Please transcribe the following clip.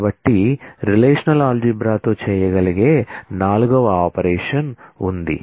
కాబట్టి రిలేషనల్ ఆల్జీబ్రాతో చేయగలిగే 4 వ ఆపరేషన్ ఉంది